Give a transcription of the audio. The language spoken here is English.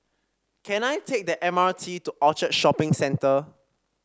can I take the M R T to Orchard Shopping Centre